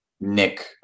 Nick